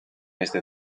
este